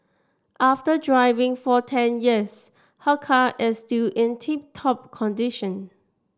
after driving for ten years her car is still in tip top condition